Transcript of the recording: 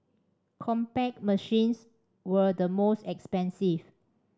Compaq machines were the most expensive